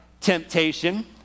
temptation